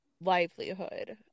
livelihood